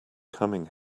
coming